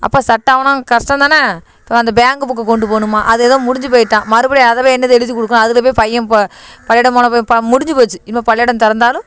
அப்போ சட்ட ஆவணம் கஷ்டம்தான இப்போ அந்த பேங்க்கு புக்கை கொண்டு போகணுமா அது ஏதோ முடிஞ்சுப் போயிட்டாம் மறுபடி அதை போயி என்னது எழுதி கொடுக்கணும் அதிலப் போய் பையன் போ பள்ளிகூடம் போனப்போ பா முடிஞ்சுப் போச்சு இனிமேல் பள்ளிகூடம் திறந்தாலும்